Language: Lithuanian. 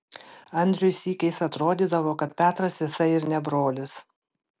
andriui sykiais atrodydavo kad petras visai ir ne brolis